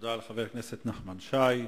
תודה לחבר הכנסת נחמן שי,